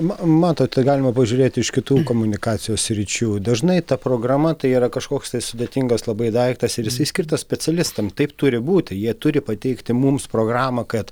ma matote galima pažiūrėti iš kitų komunikacijos sričių dažnai ta programa tai yra kažkoks tai sudėtingas labai daiktas ir jisai skirtas specialistam taip turi būti jie turi pateikti mums programą kad